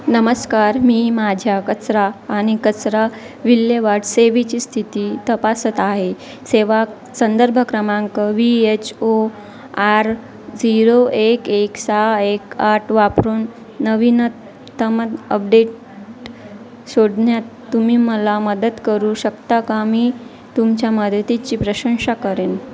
नमस्कार मी माझ्या कचरा आणि कचरा विल्हेवाट सेवेची स्थिती तपासत आहे सेवा संदर्भ क्रमांक V H O R zero एक एक सहा एक आठ वापरून नवीनतमत अपडेट शोधण्यात तुम्ही मला मदत करू शकता का मी तुमच्या मदतीची प्रशंसा करेन